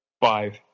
Five